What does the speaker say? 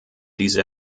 diese